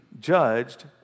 judged